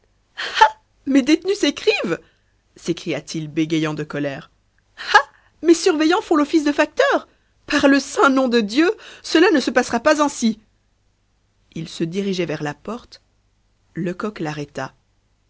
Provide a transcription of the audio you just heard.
mes détenus s'écrivent s'écria-t-il bégayant de colère ah mes surveillants font l'office de facteurs par le saint nom de dieu cela ne se passera pas ainsi il se dirigeait vers la porte lecoq l'arrêta